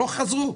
לא חזרו.